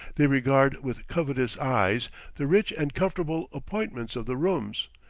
they regard with covetous eyes the rich and comfortable appointments of the rooms,